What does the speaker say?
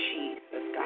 Jesus